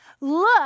Look